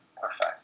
perfect